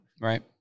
Right